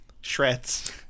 Shred's